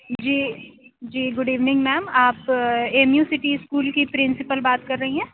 جی جی good evening ma'am آپ A M U city school کی پرنسپل بات کر رہی ہیں